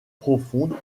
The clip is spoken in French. profondes